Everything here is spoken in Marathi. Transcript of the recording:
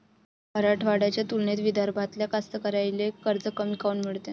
मराठवाड्याच्या तुलनेत विदर्भातल्या कास्तकाराइले कर्ज कमी काऊन मिळते?